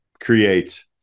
create